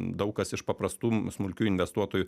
daug kas iš paprastų smulkių investuotojų